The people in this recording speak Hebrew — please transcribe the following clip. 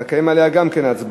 ונקיים גם עליה הצבעה.